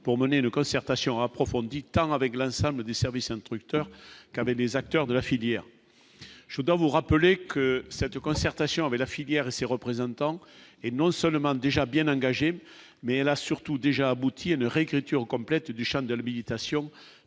pour mener une concertation approfondie tant avec l'ensemble des services instructeurs qu'avec des acteurs de la filière, je voudrais vous rappeler que cette concertation avec la filière et ses représentants et non seulement déjà bien engagée, mais elle a surtout déjà abouti à une réécriture complète du Champ de l'habilitation